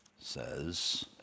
says